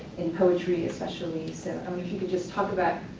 in poetry especially, so, i me-if you could just talk about,